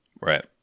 Right